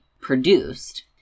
produced